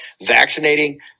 vaccinating